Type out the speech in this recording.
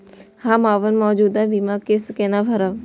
हम अपन मौजूद बीमा किस्त केना भरब?